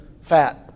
fat